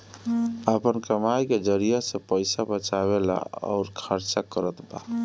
आपन कमाई के जरिआ से पईसा बचावेला अउर खर्चा करतबा